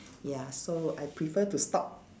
ya so I prefer to stop